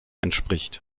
entspricht